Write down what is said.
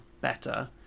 better